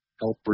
help